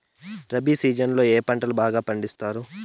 rabi season లో ఏ పంటలు బాగా పండిస్తారు